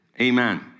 Amen